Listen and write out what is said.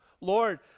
Lord